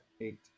Eight